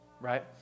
right